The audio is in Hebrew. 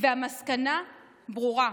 והמסקנה ברורה.